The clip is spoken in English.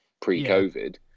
pre-COVID